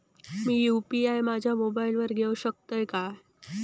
मी UPI माझ्या मोबाईलावर घेवक शकतय काय?